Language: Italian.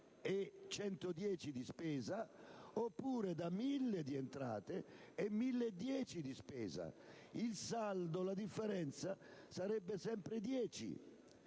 e 110 di spesa oppure da 1.000 di entrate e 1.010 di spesa. Il saldo, la differenza, sarebbe sempre 10,